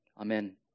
Amen